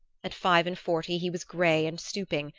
at five-and-forty he was gray and stooping,